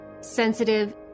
sensitive